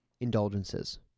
indulgences